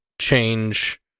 change